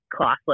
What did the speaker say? classless